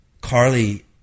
Carly